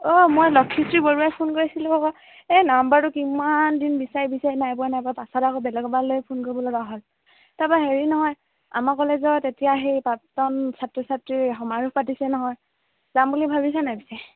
অঁ মই লক্ষ্মীশ্ৰী বৰুৱাই ফোন কৰিছিলো আকৌ এই নম্বৰটো কিমান দিন বিচাৰি বিচাৰি নাই পোৱা নাই পোৱা পাছত আকৌ বেলেগপালৈ ফোন কৰিবলৈ লগা হ'ল তাৰাপা হেৰি নহয় আমাৰ কলেজত এতিয়া সেই প্ৰাক্তন ছাত্ৰ ছাত্ৰীৰ সমাৰোহ পাতিছে নহয় যাম বুলি ভাবিছে নাই পিছে